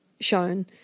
shown